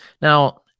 now